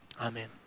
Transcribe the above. Amen